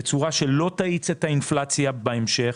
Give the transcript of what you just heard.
בצורה שלא תאיץ את האינפלציה בהמשך.